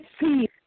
see